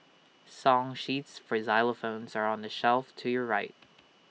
song sheets for xylophones are on the shelf to your right